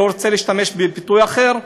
אני לא רוצה להשתמש בביטוי אחר,